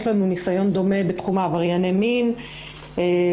יש לנו ניסיון דומה בתחום עברייני מין וכרגע